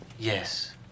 Yes